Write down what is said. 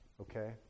okay